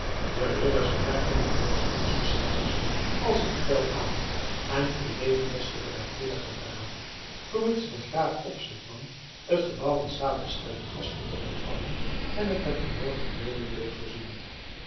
de ridders merkten den wensch huns beschermers als een bevel aan en voldeden des te bereidwilliger daaraan vermits de graaf op zich nam het gebouw in staat te stellen gasten te ontvangen en het met de noodige meubelen deed voorzien